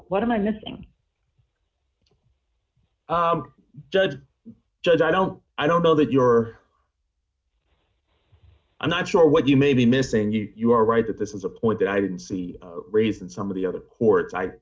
what am i missing judge judge i don't i don't know that you're i'm not sure what you may be missing you you are right that this is a point that i didn't see race d in some of the other courts i